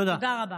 תודה רבה.